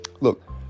Look